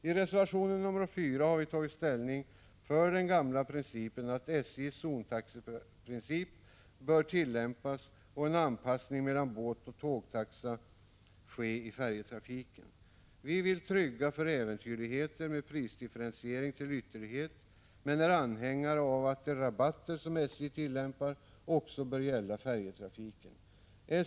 I reservation nr 4 har vi tagit ställning för den gamla tanken att SJ:s zontaxeprincip bör tillämpas och en anpassning mellan båtoch tågtaxa ske i färjetrafiken. Vi vill trygga taxorna mot äventyrligheter med prisdifferentiering till ytterlighet, men är anhängare av att de rabatter som SJ tillämpar också bör gälla färjetrafiken.